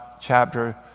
chapter